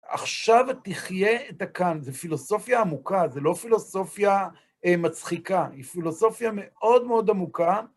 עכשיו תחייה את הכאן, זה פילוסופיה עמוקה, זה לא פילוסופיה מצחיקה, היא פילוסופיה מאוד מאוד עמוקה.